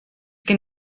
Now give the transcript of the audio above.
gen